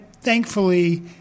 thankfully